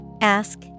Ask